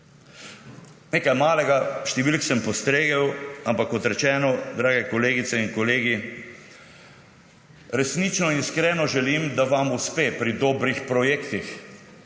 nekaj malega številk sem postregel, ampak kot rečeno, drage kolegice in kolegi, resnično in iskreno želim, da vam uspe pri dobrih projektih,